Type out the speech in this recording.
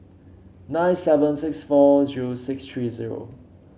nine seven six four zero six three zero